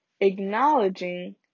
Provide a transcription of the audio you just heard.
acknowledging